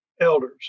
Elders